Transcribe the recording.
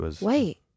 wait